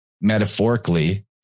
metaphorically